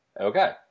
Okay